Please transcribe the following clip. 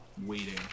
waiting